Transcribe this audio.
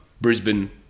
Brisbane